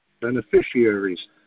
beneficiaries